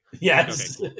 Yes